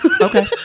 okay